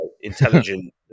intelligent